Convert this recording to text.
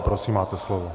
Prosím, máte slovo.